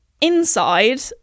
inside